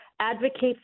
advocate